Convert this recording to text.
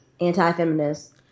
anti-feminist